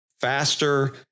faster